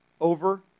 over